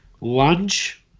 lunch